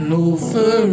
over